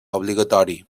obligatori